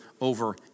over